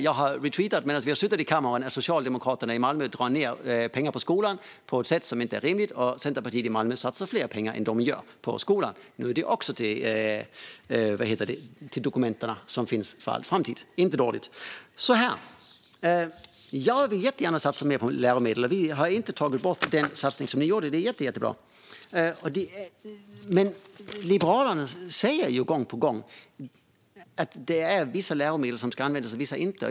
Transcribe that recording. Jag har, medan vi har suttit i kammaren, retweetat att Socialdemokraterna drar ned pengar på skolan på ett sätt som inte är rimligt och att Centerpartiet i Malmö satsar mer pengar än de gör på skolan. Nu har det också förts till protokollet, som finns för all framtid. Så här är det: Jag vill jättegärna satsa mer på läromedel. Vi har inte heller tagit bort den satsning som ni gjorde. Den är jättebra. Men Liberalerna säger gång på gång att vissa läromedel ska användas och vissa inte.